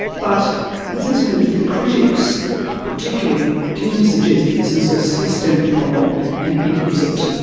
but it seems to me the critics particularly tend to suggest that this is a systemic problem and it isn't,